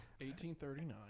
1839